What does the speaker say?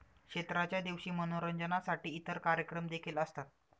क्षेत्राच्या दिवशी मनोरंजनासाठी इतर कार्यक्रम देखील असतात